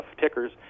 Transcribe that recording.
tickers